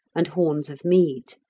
and horns of mead.